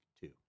two